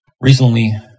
Recently